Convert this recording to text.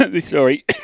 sorry